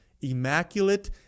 immaculate